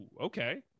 okay